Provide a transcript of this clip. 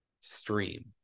stream